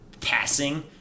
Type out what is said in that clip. passing